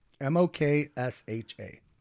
M-O-K-S-H-A